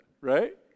right